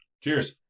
Cheers